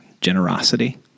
generosity